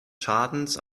schadens